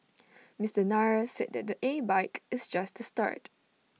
Mister Nair said that the A bike is just start